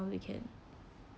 we can